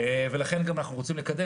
ולכן גם אנחנו רוצים לקדם,